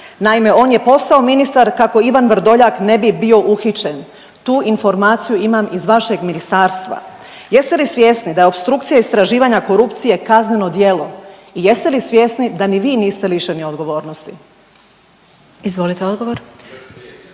Naime, on je postao ministar kako Ivan Vrdoljak ne bi bio uhićen. Tu informaciju imam iz vašeg ministarstva. Jeste li svjesni da je opstrukcija istraživanja korupcije kazneno djelo i jeste li svjesni da ni vi niste lišeni odgovornosti? **Glasovac,